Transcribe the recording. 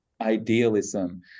idealism